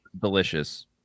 delicious